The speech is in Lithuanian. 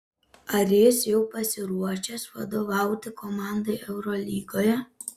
ar jis jau pasiruošęs vadovauti komandai eurolygoje